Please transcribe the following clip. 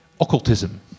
occultism